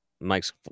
Mike's